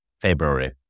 February